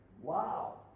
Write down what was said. Wow